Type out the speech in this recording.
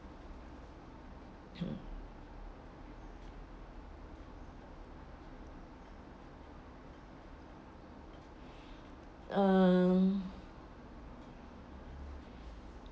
hmm